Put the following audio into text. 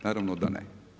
Naravno da ne.